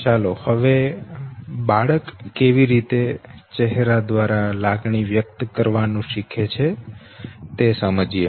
ચાલો હવે બાળક કેવી રીતે ચહેરા દ્વારા લાગણી વ્યક્ત કરવાનું શીખે છે તે સમજીએ